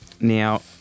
Now